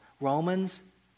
Romans